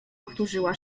powtórzyła